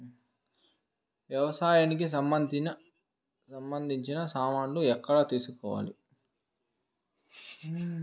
వ్యవసాయానికి సంబంధించిన సామాన్లు ఎక్కడ తీసుకోవాలి?